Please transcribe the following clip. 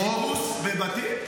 לחיפוש בבתים?